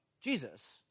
Jesus